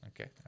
Okay